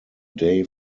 day